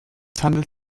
handelt